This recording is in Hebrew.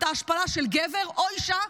את ההשפלה של גבר או אישה,